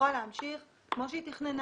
תוכל להמשיך כמו שהיא תכננה,